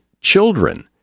children